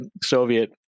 Soviet